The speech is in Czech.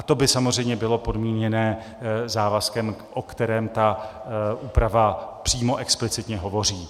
To by samozřejmě bylo podmíněno závazkem, o kterém ta úprava přímo explicitně hovoří.